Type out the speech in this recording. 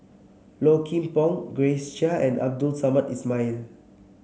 Low Kim Pong Grace Chia and Abdul Samad Ismail